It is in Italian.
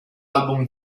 album